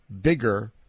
bigger